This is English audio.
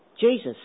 Jesus